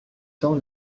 temps